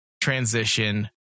transition